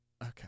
Okay